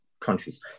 countries